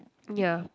ya